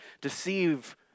deceive